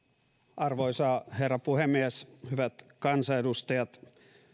arvoisa herra puhemies hyvät kansanedustajat